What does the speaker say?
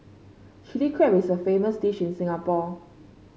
Chilli Crab is a famous dish in Singapore